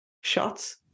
shots